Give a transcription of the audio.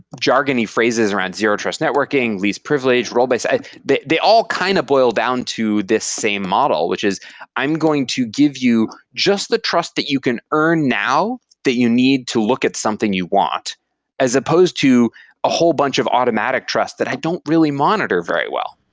jargony phrases around zero trust networking, lease privilege. but they they all kind of boil down to this same model, which is i'm going to give you just the trust that you can earn now that you need to look at something you want as supposed to a whole bunch of automatic trust that i don't really monitor very well